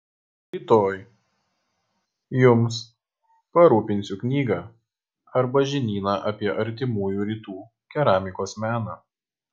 rytoj jums parūpinsiu knygą arba žinyną apie artimųjų rytų keramikos meną